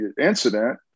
incident